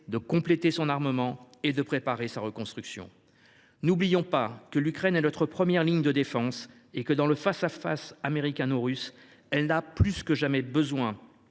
de compléter son armement et de préparer sa reconstruction. N’oublions pas que l’Ukraine est notre première ligne de défense et que, dans le face à face américano russe, elle a plus que jamais besoin